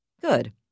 Good